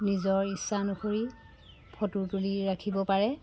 নিজৰ ইচ্ছা অনুসৰি ফটো তুলি ৰাখিব পাৰে